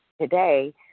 today